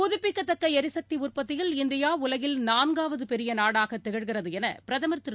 புதுப்பிக்கத்தக்க எரிசக்தி உற்பத்தியில் இந்தியா உலகில் நான்காவது டெரிய நாடாக திகழ்கிறது என பிரதமர் திரு